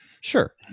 Sure